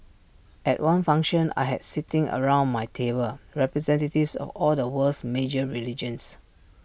at one function I had sitting around my table representatives of all the world's major religions